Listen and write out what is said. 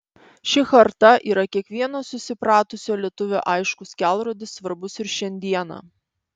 ši charta yra kiekvieno susipratusio lietuvio aiškus kelrodis svarbus ir šiandieną